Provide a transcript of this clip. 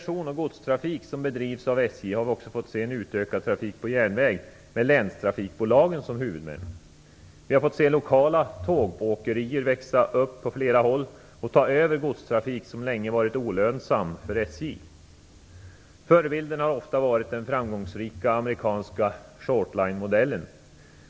SJ har vi också fått se en utökad trafik på järnväg med länstrafikbolagen som huvudmän. Vi har fått se lokala tågåkerier växa upp på flera håll och ta över godstrafik som länge varit olönsam för SJ. Förebilden har ofta varit den framgångsrika amerikanska "shortline"- modellen.